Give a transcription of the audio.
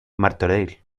martorell